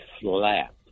slap